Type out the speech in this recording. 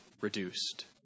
reduced